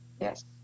Yes